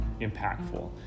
impactful